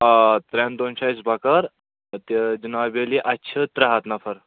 آ ترٛٮ۪ن دۄہن چھُ اَسہِ بَکار تہِ جِناب عالی اَسہِ چھِ ترٛےٚ ہَتھ نَفر